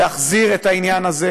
להחזיר את העניין הזה,